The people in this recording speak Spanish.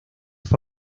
fue